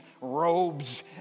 robes